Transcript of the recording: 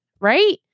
Right